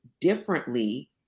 differently